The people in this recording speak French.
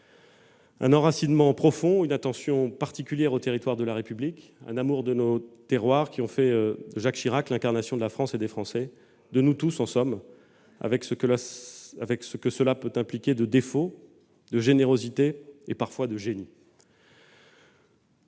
Un enracinement profond, une attention particulière aux territoires de la République, un amour de nos terroirs : voilà ce qui a fait de Jacques Chirac l'incarnation de la France et des Français- de nous tous, en somme -, avec ce que cela implique de défauts, de générosité et parfois de génie.